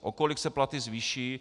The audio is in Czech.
O kolik se platy zvýší?